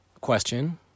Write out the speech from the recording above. Question